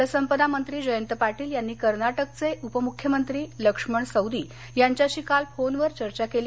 जलसंपदा मंत्री जयंत पाटील यांनी कर्नाटकये उपमुख्यमंत्री लक्ष्मण सौदी यांच्याशी काल फोनवर चर्चा केली